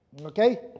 Okay